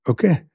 Okay